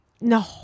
No